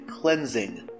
cleansing